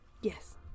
yes